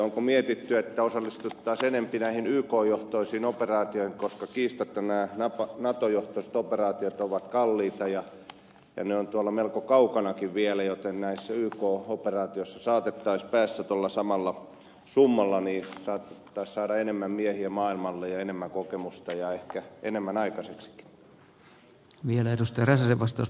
onko mietitty että osallistuttaisiin enempi näihin yk johtoisiin operaatioihin koska kiistatta nämä nato johtoiset operaatiot ovat kalliita ja ne ovat melko kaukanakin vielä joten näissä yk operaatioissa saatettaisiin päästä tuolla samalla summalla saatettaisiin saada enemmän miehiä maailmalle ja enemmän kokemusta ja ehkä enemmän aikaiseksikin